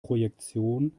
projektion